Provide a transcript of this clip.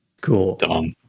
Cool